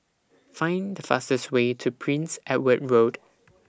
Find The fastest Way to Prince Edward Road